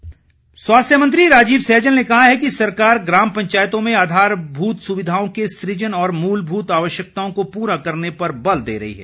सैजल स्वास्थ्य मंत्री राजीव सैजल ने कहा है कि सरकार ग्राम पंचायतों में आधारभूत सुविधाओं के सुजन और मूलभूत आवश्यकताओं को पूरा करने पर बल दे रही है